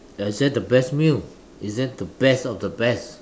ya is that the best meal is that the best of the best